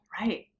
Right